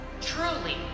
Truly